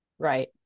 right